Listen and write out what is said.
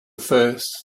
first